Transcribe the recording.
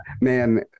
man